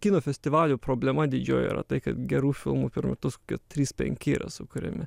kino festivalių problema didžioji yra tai kad gerų filmų per metus kokie trys penki yra sukuriami